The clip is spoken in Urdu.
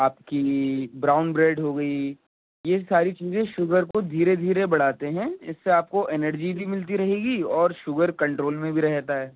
آپ کی براؤن بریڈ ہو گئی یہ ساری چیزیں شوگر کو دھیرے دھیرے بڑھاتے ہیں اس سے آپ کو اینرجی بھی ملتی رہے گی اور شوگر کنٹرول میں بھی رہتا ہے